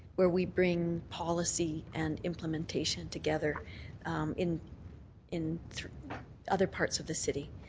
where we bring policy and implementation together in in other parts of the city.